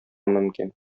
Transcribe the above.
мөмкин